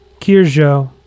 Kirjo